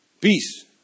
peace